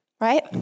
Right